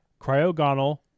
Cryogonal